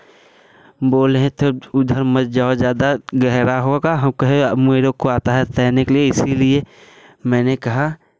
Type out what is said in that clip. बोलें तो उधर मत जाओ ज़्यादा गहरा होगा हम कहे अब मेरे को आता है तैरने के लिए इसीलिए मैंने कहा